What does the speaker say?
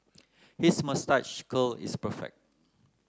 his moustache curl is perfect